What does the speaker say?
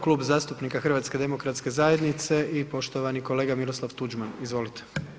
Kluba zastupnika HDZ-a i poštovani kolega Miroslav Tuđman, izvolite.